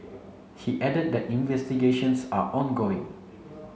he added that investigations are ongoing